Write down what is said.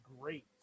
great